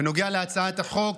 בנוגע להצעת החוק,